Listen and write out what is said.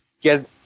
get